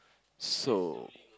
so